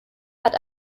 hat